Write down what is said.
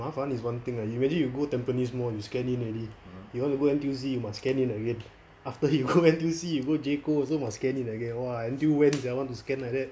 mafan is one thing you imagine you go tampines mall you scan in already you want to go N_T_U_C must scan in again after you go N_T_U_C you go J_C_O also scan must in again !wah! until when sia want to scan like that